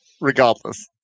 regardless